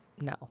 no